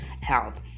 health